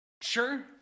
Sure